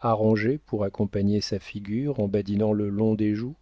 arrangées pour accompagner sa figure en badinant le long des joues